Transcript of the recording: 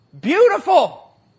beautiful